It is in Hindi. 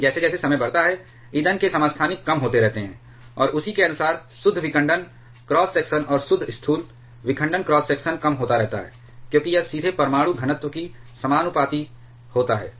लेकिन जैसे जैसे समय बढ़ता है ईंधन के समस्थानिक कम होते रहते हैं और उसी के अनुसार शुद्ध विखंडन क्रॉस सेक्शन और शुद्ध स्थूल विखंडन क्रॉस सेक्शनकम होता रहता है क्योंकि यह सीधे परमाणु घनत्व के समानुपाती होता है